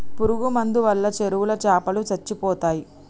పురుగు మందు వాళ్ళ చెరువులో చాపలో సచ్చిపోతయ్